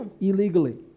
illegally